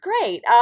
great